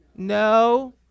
No